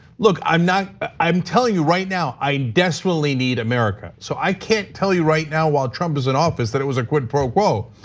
look, i'm not, i'm telling you right now, i desperately need america, so i can't tell you right now while trump is in office that it was a quid pro quo.